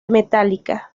metallica